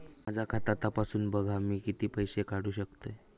माझा खाता तपासून बघा मी किती पैशे काढू शकतय?